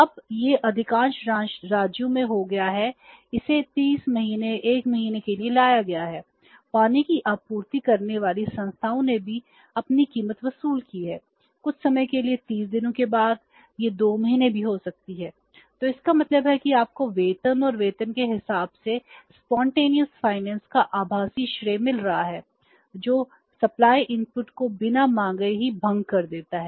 अब यह अधिकांश राज्यों में हो गया है इसे 30 महीने 1 महीने के लिए लाया गया है पानी की आपूर्ति को बिना मांगे ही भंग कर देता है